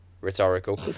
Rhetorical